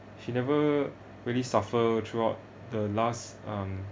she never really suffer throughout the last um